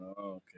okay